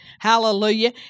Hallelujah